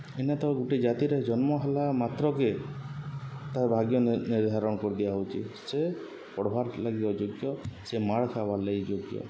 ଇନେ ତ ଗୁଟେ ଜାତିରେ ଜନ୍ମ ହେଲା ମାତ୍ରକେ ତା'ର୍ ଭାଗ୍ୟ ନିର୍ଦ୍ଧାରଣ୍ କରିଦିଆହଉଛେ ସେ ପଢ଼୍ବାର୍ଲାଗି ଅଯୋଗ୍ୟ ସେ ମାଡ଼୍ ଖାଏବାର୍ ଲାଗି ଯୋଗ୍ୟ